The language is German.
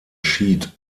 schied